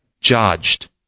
judged